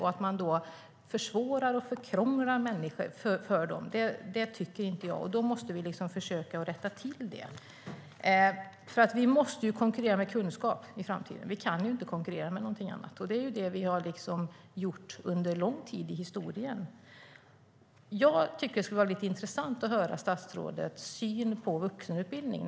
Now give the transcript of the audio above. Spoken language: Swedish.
Jag tycker inte att man ska försvåra för dem. Vi måste försöka rätta till det. Vi måste ju konkurrera med kunskap i framtiden - vi kan inte konkurrera med någonting annat. Det är det vi har gjort under lång tid i historien. Jag tycker att det skulle vara lite intressant att höra statsrådets syn på vuxenutbildning.